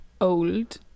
old